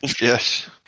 Yes